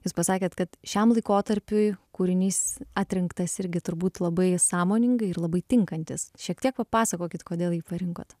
jūs pasakėt kad šiam laikotarpiui kūrinys atrinktas irgi turbūt labai sąmoningai ir labai tinkantis šiek tiek papasakokit kodėl jį parinkot